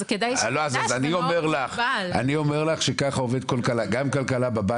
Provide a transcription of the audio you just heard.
אז כדאי שתדע שזה מאוד --- אני אומר לך שככה עובדת כלכלה: גם בבית,